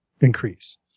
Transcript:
increase